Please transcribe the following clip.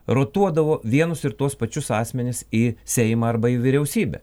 rotuodavo vienus ir tuos pačius asmenis į seimą arba į vyriausybę